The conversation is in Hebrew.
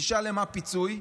תשאל, למה פיצוי?